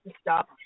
stop